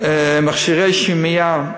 מכשירי שמיעה,